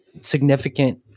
significant